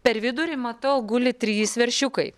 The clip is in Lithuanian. per vidurį matau guli trys veršiukai